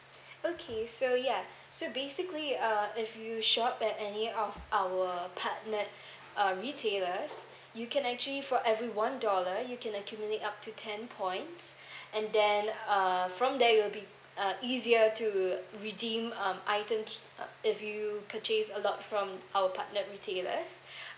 okay so ya so basically uh if you shop at any of our partnered uh retailers you can actually for every one dollar you can accumulate up to ten points and then uh from there it will be uh easier to redeem um items uh if you purchase a lot from our partnered retailers